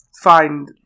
find